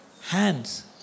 hands